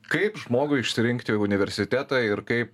kaip žmogui išsirinkti universitetą ir kaip